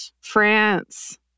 France